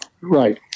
Right